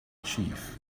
chief